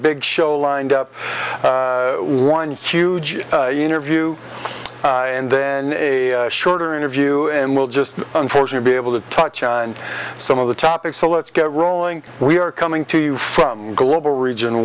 big show lined up one huge interview and then a shorter interview and we'll just unfortunate be able to touch on some of the topics so let's get rolling we are coming to you from global region